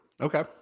Okay